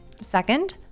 Second